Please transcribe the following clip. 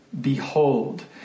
behold